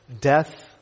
death